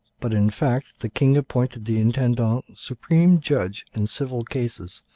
but, in fact, the king appointed the intendant supreme judge in civil cases,